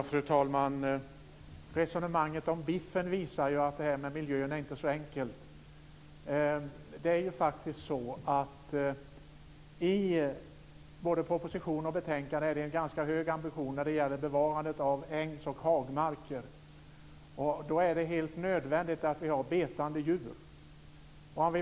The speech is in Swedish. Fru talman! Resonemanget om biffen visar att detta med miljön inte är så enkelt. Det är ju faktiskt i både proposition och betänkande en ganska hög ambition när det gäller bevarandet av ängs och hagmarker. Det är då helt nödvändigt att vi har betande djur.